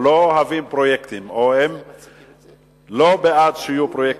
לא אוהבים פרויקטים או שהם לא בעד שיהיו פרויקטים.